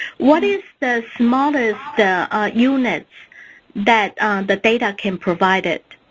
what is the smallest units that the data can provide it?